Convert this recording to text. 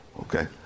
okay